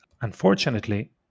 unfortunately